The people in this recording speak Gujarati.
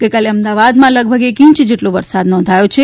ગઈકાલે અમદાવાદમાં લગભગ એક ઇંચ જેટલો વરસાદ નોંધાયો હતો